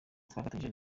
twafatanyije